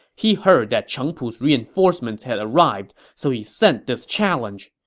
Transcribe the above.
he heard that cheng pu's reinforcement had arrived, so he sent this challenge!